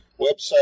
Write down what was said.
website